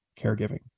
caregiving